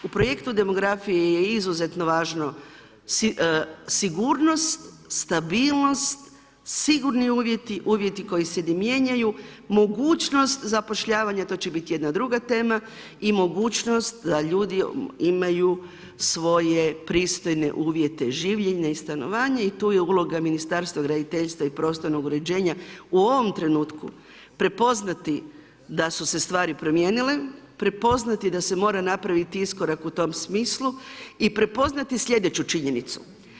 U projektu demografije je izuzetno važno sigurnost, stabilnost, sigurni uvjeti, uvjeti koji se ne mijenjaju, mogućnost zapošljavanja, to će biti jedna druga tema i mogućnost da ljudi imaju svoje pristojne uvjete življenja i stanovanja i tu je uloga Ministarstva graditeljstva i prostornog uređenja u ovom trenutku prepoznati da su se stvari promijenile, prepoznati da se mora napraviti iskorak u tom smislu i prepoznati sljedeću činjenicu.